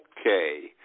Okay